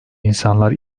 insanlar